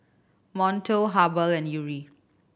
Monto Habhal and Yuri